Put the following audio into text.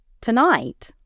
tonight